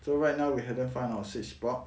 so right now we haven't find our sweet spot